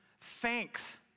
Thanks